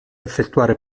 effettuare